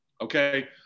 okay